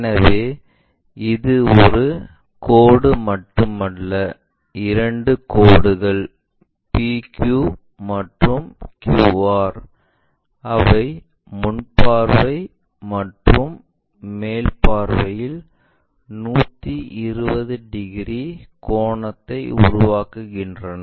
எனவே இது ஒரு கோடு மட்டுமல்ல இரண்டு கோடுகள் PQ மற்றும் QR அவை முன் பார்வை மற்றும் மேல் பார்வையில் 120 டிகிரி கோணத்தை உருவாக்குகின்றன